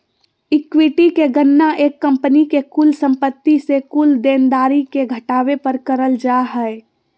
equity के गणना एक कंपनी के कुल संपत्ति से कुल देनदारी के घटावे पर करल जा हय